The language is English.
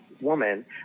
woman